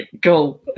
Go